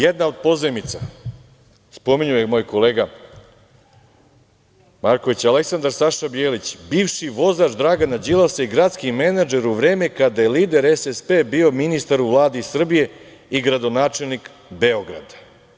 Jedna od pozajmica, spominjao je i moj kolega Marković Aleksandar, Saša Bjelić, bivši vozač Dragana Đilasa i gradski menadžer u vreme kada je lider SSP bio ministar u Vladi Srbije i gradonačelnik Beograda.